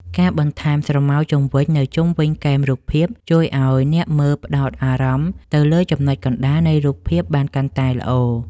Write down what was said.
ការបន្ថែម ស្រមោលជុំវិញ នៅជុំវិញគែមរូបភាពជួយឱ្យអ្នកមើលផ្ដោតអារម្មណ៍ទៅលើចំណុចកណ្ដាលនៃរូបភាពបានកាន់តែល្អ។